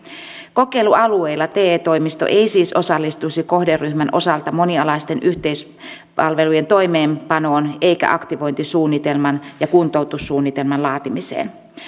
kokeilualueilla te toimisto ei siis osallistuisi kohderyhmän osalta monialaisten yhteispalvelujen toimeenpanoon eikä aktivointisuunnitelman ja kuntoutussuunnitelman laatimiseen